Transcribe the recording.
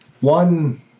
One